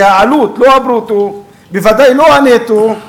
זה העלות, לא הברוטו, ודאי לא הנטו,